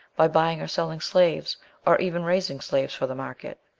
by buying or selling slaves or even raising slaves for the market.